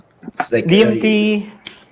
DMT